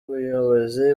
ubuyobozi